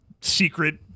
secret